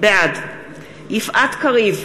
בעד יפעת קריב,